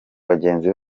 bagenzi